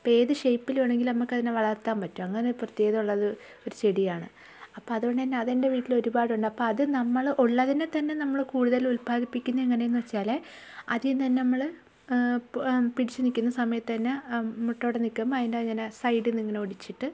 ഇപ്പം ഏത് ഷെയിപ്പിൽ വേണമെങ്കിലും നമുക്കതിനെ വളർത്താൻ പറ്റും അങ്ങനൊരു പ്രത്യേകത ഉള്ളത് ഒരു ചെടിയാണ് അപ്പം അതുകൊണ്ടു തന്നെ അതിൻ്റെ വീട്ടിലൊരുപാടുണ്ട് അപ്പം അത് നമ്മൾ ഉള്ളതിനെ തന്നെ നമ്മൾ കൂടുതൽ ഉൽപ്പാദിപ്പിക്കുന്നതെങ്ങനെയെന്ന് വെച്ചാൽ അതിൽനിന്ന് തന്നെ നമ്മൾ പിടിച്ച് നിൽക്കുന്ന സമയത്ത് മൊട്ടോടെ നിൽക്കുമ്പോൾ അതിൻ്റെ ഇങ്ങനെ സൈഡിൽ നിന്നിങ്ങനെ ഒടിച്ചിട്ട്